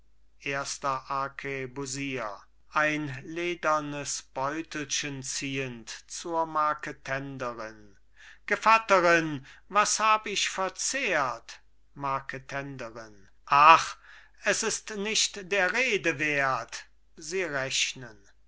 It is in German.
erster arkebusier ein ledernes beutelchen ziehend zur marketenderin gevatterin was hab ich verzehrt marketenderin ach es ist nicht der rede wert sie rechnen